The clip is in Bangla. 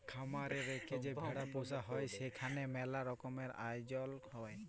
খামার এ রেখে যে ভেড়া পুসা হ্যয় সেখালে ম্যালা রকমের আয়জল হ্য়য়